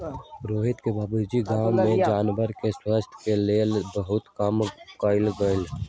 रोहित के बाबूजी गांव में जानवर के स्वास्थ के लेल बहुतेक काम कलथिन ह